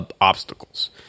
obstacles